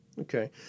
Okay